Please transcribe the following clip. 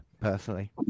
personally